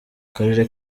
karere